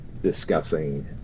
discussing